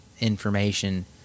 information